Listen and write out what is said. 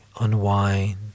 unwind